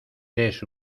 eres